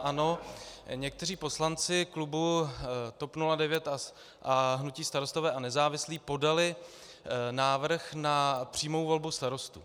Ano, někteří poslanci klubu TOP 09 a hnutí Starostové a nezávislí podali návrh na přímou volbu starostů.